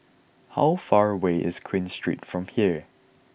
how far away is Queen Street from here